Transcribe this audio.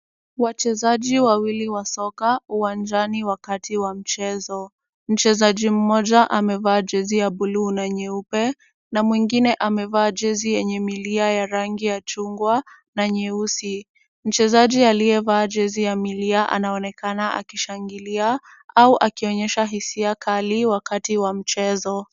Wachezaji wawili wa soka uwanjani wakati wa mchezo. Mchezaji mmoja amevaa jezi ya blue na nyeupe na mwingine amevaa jezi yenye milia ya rangi ya chungwa na nyeusi. Mchezaji aliyevaa jezi ya milia anaonekana akishangilia au akionyesha hisia kali wakati wa mchezo.